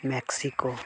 Mexico